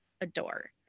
adore